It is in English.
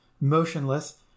Motionless